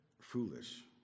foolish